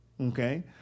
Okay